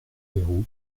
houerou